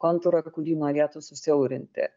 kontūrą kurį norėtų susiaurinti